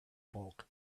bulk